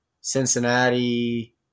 Cincinnati